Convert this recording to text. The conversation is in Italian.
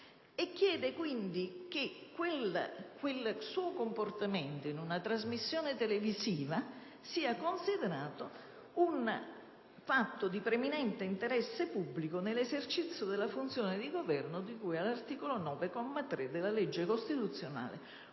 chiede quindi che quel suo comportamento, tenuto in una trasmissione televisiva, sia considerato un fatto di «preminente interesse pubblico nell'esercizio della funzione di Governo», di cui all'articolo 9, comma 3, della legge costituzionale